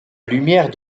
lumière